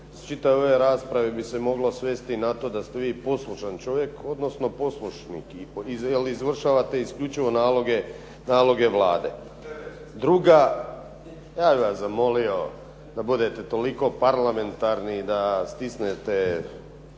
Iz čitave ove rasprave bi se moglo svesti na to da ste vi poslušan čovjek, odnosno poslušnik jer izvršavate isključivo naloge Vlade. Ja bih vas zamolio da budete toliko parlamentarni i da stisnete,